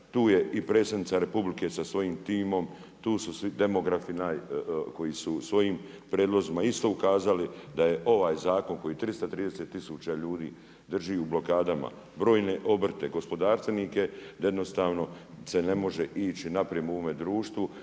tu je i Predsjednica RH sa svojim timom, tu su svi demografi koji su svojim prijedlozima isto ukazali da je ovaj zakon koji 330 tisuća ljudi drži u blokadama. Brojne obrte, gospodarstvenike da jednostavno se ne može ići naprijed u ovom društvu,